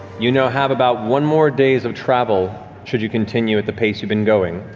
you now have about one more days of travel should you continue at the pace you've been going,